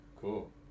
cool